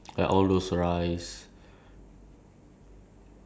food that can like uh how to say is it uh like grow